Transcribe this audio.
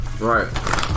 right